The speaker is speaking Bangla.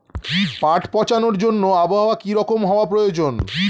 পাট পচানোর জন্য আবহাওয়া কী রকম হওয়ার প্রয়োজন?